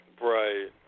Right